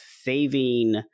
saving